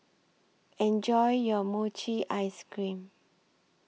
Enjoy your Mochi Ice Cream